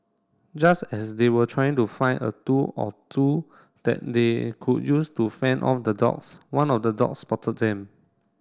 just as they were trying to find a tool or two that they could use to fend off the dogs one of the dogs spotted them